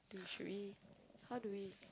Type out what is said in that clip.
dude should we how do we